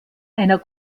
einer